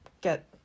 get